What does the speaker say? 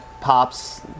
Pops